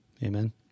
Amen